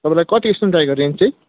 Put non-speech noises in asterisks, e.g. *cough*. तपाईँलाई कति *unintelligible* चाहिएको रेन्ज चाहिँ